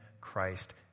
Christ